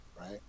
right